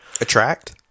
Attract